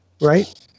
Right